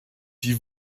die